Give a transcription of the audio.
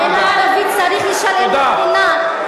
האם הערבי צריך לשלם למדינה, תודה.